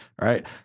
right